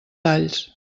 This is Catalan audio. talls